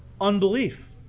unbelief